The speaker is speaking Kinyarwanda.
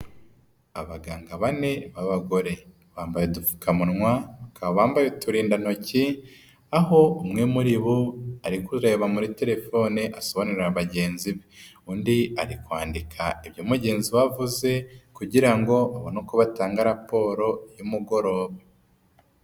Abaganga bane b'abagore bambaye udupfukamunwa, bakaba bambaye uturindantoki aho umwe muri bo arikuba muri telefone asobanurira bagenzi be undi ari kwandika ibyo mugenzi we avuze kugira ngo abone uko batanga raporo y'umugoroba.